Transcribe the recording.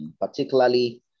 particularly